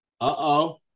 Uh-oh